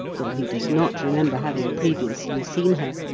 though he does not remember having previously seen her,